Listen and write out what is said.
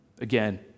Again